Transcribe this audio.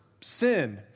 sin